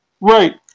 Right